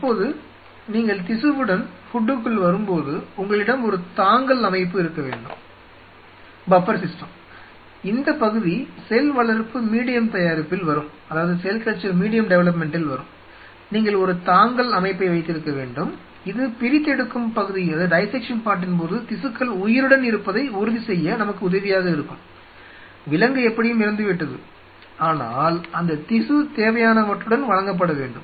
இப்போது நீங்கள் திசுவுடன் ஹூட்டுக்குள் வரும்போது உங்களிடம் ஒரு தாங்கல் அமைப்பு இருக்க வேண்டும் இந்த பகுதி செல் வளர்ப்பு மீடியம் தயாரிப்பில் வரும் நீங்கள் ஒரு தாங்கல் அமைப்பை வைத்திருக்க வேண்டும் இது பிரித்தெடுக்கும் பகுதியின் போது திசுக்கள் உயிருடன் இருப்பதை உறுதிசெய்ய நமக்கு உதவியாக இருக்கும் விலங்கு எப்படியும் இறந்துவிட்டது ஆனால் அந்த திசு தேவையானவற்றுடன் வழங்கப்பட வேண்டும்